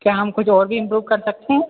क्या हम कुछ और भी इम्प्रूव कर सकते हैं